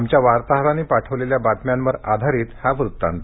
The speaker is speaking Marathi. आमच्या वार्ताहरांनी पाठवलेल्या बातम्यांवर आधारित हा वृत्तांत